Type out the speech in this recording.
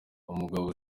umugabo